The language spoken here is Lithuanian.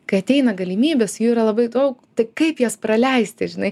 kai ateina galimybės jų yra labai daug tai kaip jas praleisti žinai